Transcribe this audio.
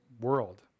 world